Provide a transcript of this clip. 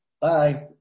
Bye